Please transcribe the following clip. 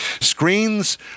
Screens